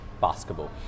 basketball